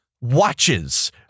watches